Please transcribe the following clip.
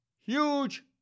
huge